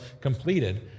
completed